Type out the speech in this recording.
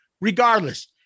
regardless